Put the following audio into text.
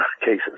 cases